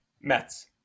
Mets